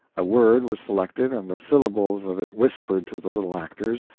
a word was selected and the syllables of it whispered to the little actors.